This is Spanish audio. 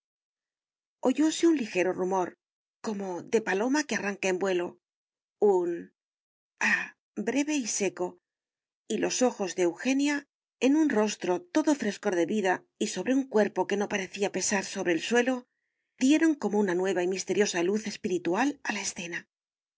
oyóse un lijero rumor como de paloma que arranca en vuelo un ah breve y seco y los ojos de eugenia en un rostro todo frescor de vida y sobre un cuerpo que no parecía pesar sobre el suelo dieron como una nueva y misteriosa luz espiritual a la escena